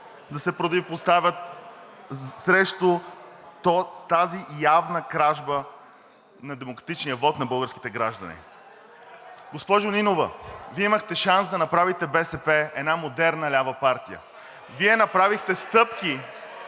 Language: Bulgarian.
да се противопоставят срещу тази явна кражба на демократичния вот на българските граждани. Госпожо Нинова, Вие имахте шанс да направите БСП една модерна лява партия. Вие направихте стъпки